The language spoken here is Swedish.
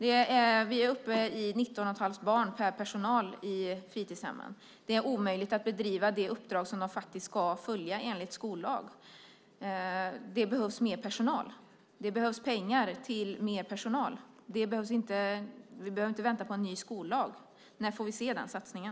Man är uppe i 19,5 barn per personal i fritidshemmen. Det är omöjligt att bedriva det uppdrag som de faktiskt ska följa enligt skollagen. Det behövs mer personal. Det behövs pengar till mer personal. Vi behöver inte vänta på en ny skollag. När får vi se den satsningen?